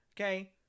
Okay